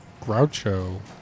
Groucho